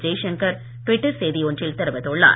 Jaishankar Twitter செய்தி ஒன்றில் தெரிவித்துள்ளார்